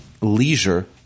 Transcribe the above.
leisure